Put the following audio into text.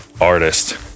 artist